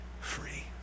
free